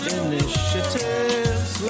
initiatives